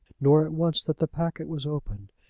nor at once that the packet was opened.